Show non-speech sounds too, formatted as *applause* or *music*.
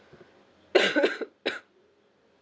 *coughs*